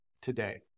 today